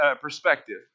perspective